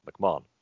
McMahon